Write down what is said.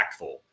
impactful